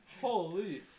Holy